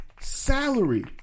salary